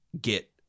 get